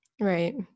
Right